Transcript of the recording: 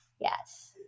Yes